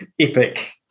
epic